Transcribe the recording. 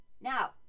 Now